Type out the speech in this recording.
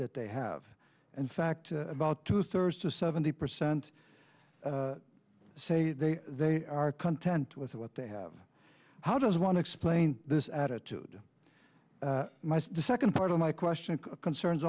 that they have in fact about two thirds to seventy percent say they they are content with what they have how does one explain this attitude the second part of my question concerns